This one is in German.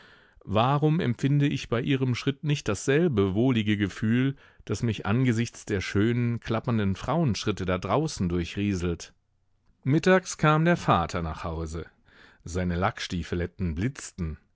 warum empfinde ich bei ihrem schritt nicht dasselbe wohlige gefühl das mich angesichts der schönen klappernden frauenschritte da draußen durchrieselt mittags kam der vater nach hause seine lackstiefeletten blitzten